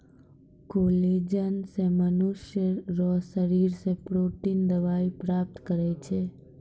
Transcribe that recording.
collagen से मनुष्य रो शरीर से प्रोटिन दवाई प्राप्त करै छै